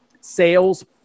sales